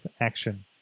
action